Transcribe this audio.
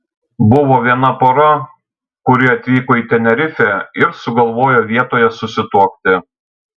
buvo viena pora kuri atvyko į tenerifę ir sugalvojo vietoje susituokti